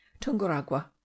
tunguragua